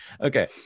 Okay